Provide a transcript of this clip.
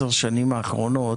10 שנים האחרונות?